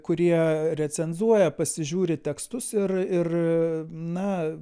kurie recenzuoja pasižiūri tekstus ir ir na